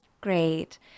Great